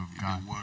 God